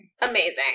amazing